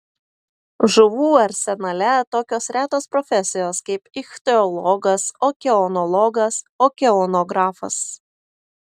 žuvų arsenale tokios retos profesijos kaip ichtiologas okeanologas okeanografas